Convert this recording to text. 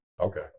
Okay